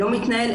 לא מתנהל,